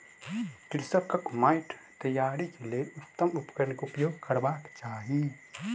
कृषकक माइट तैयारीक लेल उत्तम उपकरण केउपयोग करबाक चाही